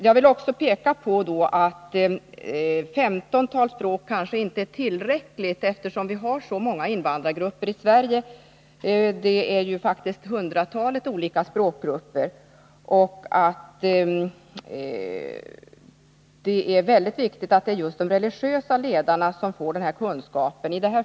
Jag vill också peka på att ett informationsmaterial på ett femtontal språk kanske inte är tillräckligt, eftersom vi har så många invandrargrupper i Sverige — det är faktiskt hundratalet olika språkgrupper — och att det är väldigt viktigt att just de religiösa ledarna får sådana kunskaper.